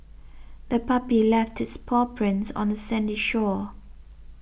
the puppy left its paw prints on the sandy shore